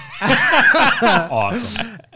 Awesome